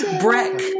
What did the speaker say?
Breck